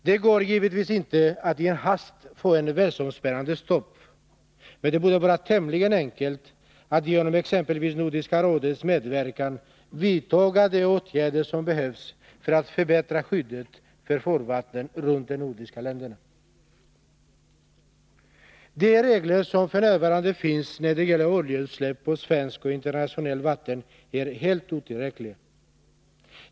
Det går givetvis inte att i en hast få ett världsomspännande stopp, men det borde vara tämligen enkelt att genom exempelvis Nordiska rådets medverkan vidta de åtgärder som behövs för att förbättra skyddet för farvattnen runt de nordiska länderna. De regler som f.n. finns när det gäller oljeutsläpp på svenskt och internationellt vatten är helt otillräckliga.